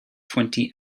twenty